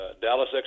Dallas